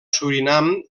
surinam